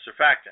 surfactant